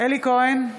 אלי כהן,